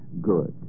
Good